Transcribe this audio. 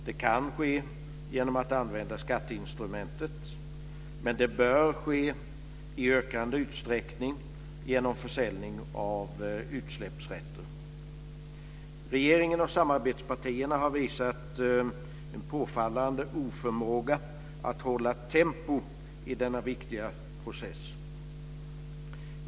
Det kan ske genom att använda skatteinstrumentet, men det bör ske i ökande utsträckning genom försäljning av utsläppsrätter. Regeringen och samarbetspartierna har visat en påfallande oförmåga att hålla tempo i denna viktiga process.